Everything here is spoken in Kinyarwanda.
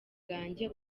bwanjye